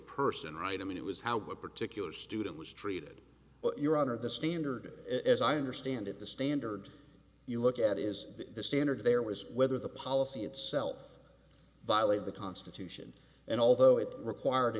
person right i mean it was how one particular student was treated your honor the standard as i understand it the standard you look at is that the standard there was whether the policy itself by leave the constitution and although it required